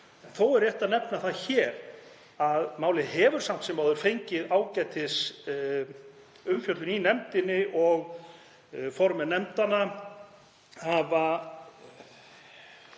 Þó er rétt að nefna það hér að málið hefur samt sem áður fengið ágætisumfjöllun í nefndinni og formenn nefndanna hafa